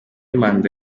manda